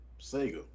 sega